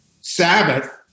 Sabbath